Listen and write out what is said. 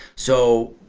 so,